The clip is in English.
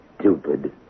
stupid